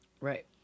Right